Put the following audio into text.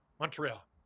Montreal